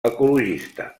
ecologista